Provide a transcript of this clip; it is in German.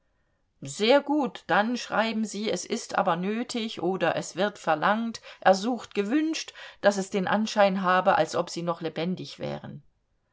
sehr gut dann schreiben sie es ist aber nötig oder es wird verlangt ersucht gewünscht daß es den anschein habe als ob sie noch lebendig wären